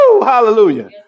Hallelujah